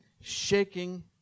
shaking